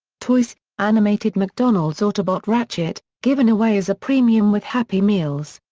toys animated mcdonalds autobot ratchet given away as a premium with happy meals.